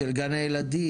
של גני ילדים?